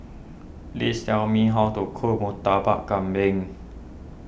please tell me how to cook Murtabak Kambing